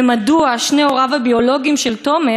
ומדוע שני הוריו הביולוגיים של תומר